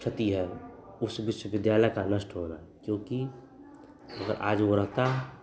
क्षति है वह उस विश्वविद्यालय का नष्ट होना क्योंकि आज वह रहता